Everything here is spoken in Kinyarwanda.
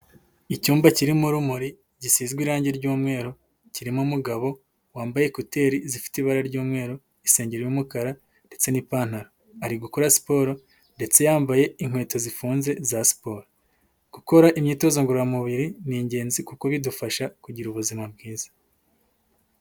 Icyumba kirimo urumuri gisizwe irangi ry'umweru, kirimo umugabo wambaye ekuteri zifite ibara ry'umweru, isengeri y'umukara ndetse n'ipantaro, ari gukora siporo ndetse yambaye inkweto zifunze za siporo, gukora imyitozo ngororamubiri ni ingenzi kuko bidufasha kugira ubuzima bwiza.